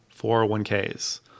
401ks